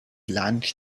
lunch